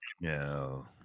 No